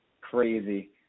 crazy